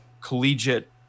collegiate